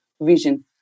vision